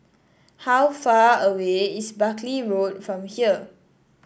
how far away is Buckley Road from here